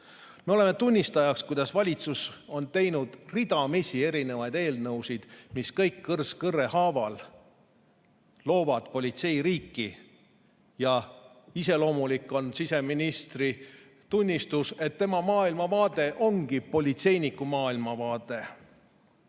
Me oleme tunnistajaks, kuidas valitsus on teinud ridamisi erinevaid eelnõusid, mis kõik kõrs kõrre haaval loovad politseiriiki. Iseloomulik on siseministri tunnistus, et tema maailmavaade ongi politseiniku maailmavaade.